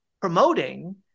promoting